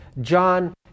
John